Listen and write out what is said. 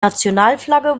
nationalflagge